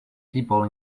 people